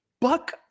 buck